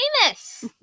famous